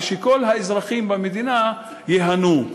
וכל האזרחים במדינה ייהנו,